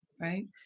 right